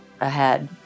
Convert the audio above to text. ahead